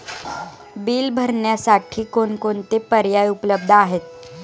Bill भरण्यासाठी कोणकोणते पर्याय उपलब्ध आहेत?